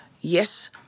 yes